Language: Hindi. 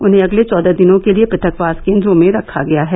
उन्हें अगले चौदह दिनों के लिए पृथक वास केंद्रों में रखा गया है